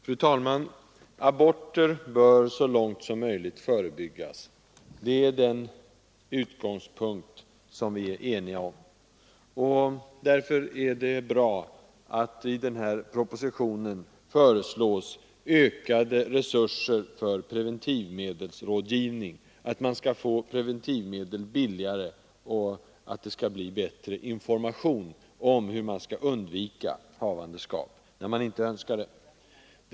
Fru talman! Aborter bör så långt som möjligt förebyggas. Det är den utgångspunkt som vi är eniga om. Därför är det bra att det i propositionen föreslås ökade resurser för preventivmedelsrådgivning, att man skall få preventivmedlen billigare och att det skall ges bättre information om hur man skall undvika havandeskap när man inte önskar ett sådant.